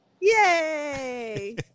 yay